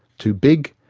too big,